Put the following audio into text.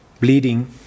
bleeding